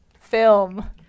film